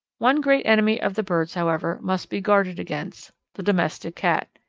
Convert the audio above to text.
one great enemy of the birds, however, must be guarded against the domestic cat.